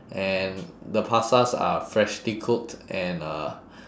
and the pastas are freshly cooked and uh